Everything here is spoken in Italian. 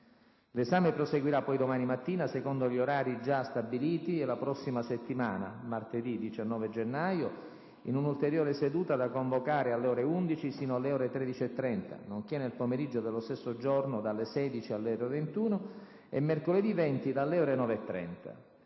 L'esame proseguirà poi domani mattina, secondo gli orari già stabiliti, e la prossima settimana, martedì 19 gennaio, in un'ulteriore seduta da convocare alle ore 11, fino alle ore 13,30, nonché nel pomeriggio dello stesso giorno, dalle ore 16 alle ore 21, e mercoledì 20 dalle ore 9,30.